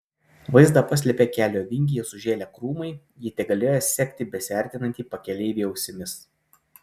vaizdą paslėpė kelio vingyje sužėlę krūmai ji tegalėjo sekti besiartinantį pakeleivį ausimis